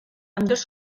ambdós